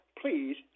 Please